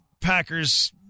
Packers